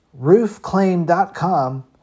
Roofclaim.com